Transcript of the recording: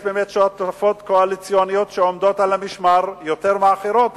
יש שותפות קואליציוניות שעומדות על המשמר יותר מאחרות,